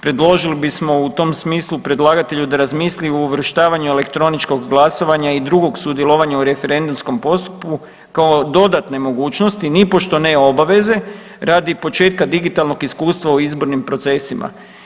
Predložili bismo u tom smislu predlagatelju da razmisli o uvrštavanju elektroničkog glasovanja i drugog sudjelovanja u referendumskom postupku kao dodatne mogućnosti nipošto ne obaveze radi početka digitalnog iskustva u izbornim procesima.